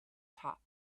top